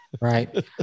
Right